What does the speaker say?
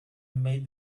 made